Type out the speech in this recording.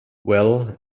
well